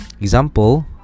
Example